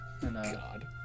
God